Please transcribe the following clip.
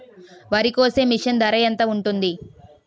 వరి కోసే మిషన్ ధర ఎంత ఉంటుంది?